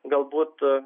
gal būtų